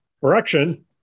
correction